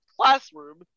classroom